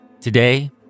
Today